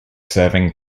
serving